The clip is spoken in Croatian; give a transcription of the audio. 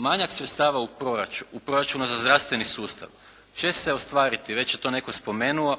Manjak sredstava u proračunu za zdravstveni sustav će se ostvariti, već je to netko spomenuo,